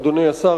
אדוני השר,